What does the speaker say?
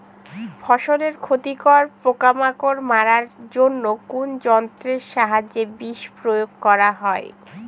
ফসলের ক্ষতিকর পোকামাকড় মারার জন্য কোন যন্ত্রের সাহায্যে বিষ প্রয়োগ করা হয়?